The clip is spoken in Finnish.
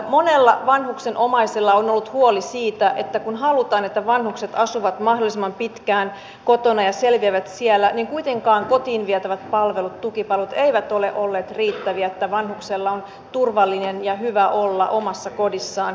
monella vanhuksen omaisella on ollut huoli siitä että kun halutaan että vanhukset asuvat mahdollisimman pitkään kotona ja selviävät siellä niin kuitenkaan kotiin vietävät palvelut tukipalvelut eivät ole olleet riittäviä jotta vanhuksella on turvallinen ja hyvä olla omassa kodissaan